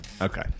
okay